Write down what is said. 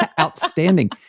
Outstanding